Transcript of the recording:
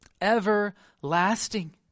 everlasting